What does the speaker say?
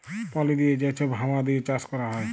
পলি দিঁয়ে যে ছব হাউয়া দিঁয়ে চাষ ক্যরা হ্যয়